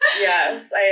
Yes